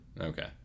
Okay